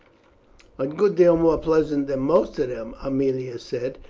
a good deal more pleasant than most of them, aemilia said,